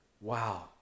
wow